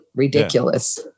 ridiculous